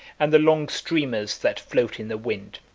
and the long streamers that float in the wind.